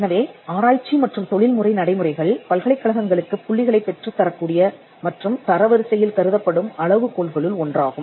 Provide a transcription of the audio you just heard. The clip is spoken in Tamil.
எனவே ஆராய்ச்சி மற்றும் தொழில்முறை நடைமுறைகள் பல்கலைக்கழகங்களுக்குப் புள்ளிகளைப் பெற்றுத் தரக்கூடிய மற்றும் தரவரிசையில் கருதப்படும் அளவுகோல்களுள் ஒன்றாகும்